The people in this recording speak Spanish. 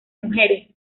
mujeres